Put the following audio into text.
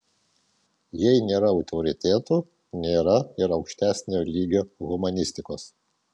jei nėra autoritetų nėra ir aukštesnio lygio humanistikos